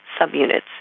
subunits